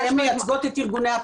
הדיון.